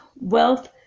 wealth